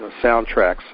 soundtracks